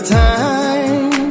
time